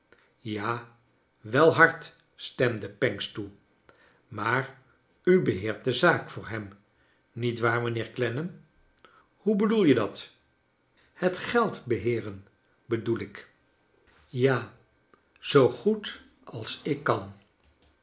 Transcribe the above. ja wel hard stemde pancks toe maar u beheert de zaak voor hem nietwaar mijnheer clennam hoe bedoel je dat het geld beheeren bedoel ik j kleine dorrit ja zoo goed als ik kan